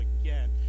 again